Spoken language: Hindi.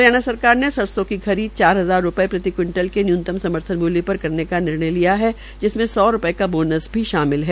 हरियाणा सरकार ने सरसो की खरीद चार हजार प्रति क्विंटल के न्यूनतम समर्थन मूल्य पर करने का निर्णय लिया है जिसमें सौ रूपये का बोनस भी शामिल है